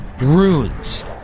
Runes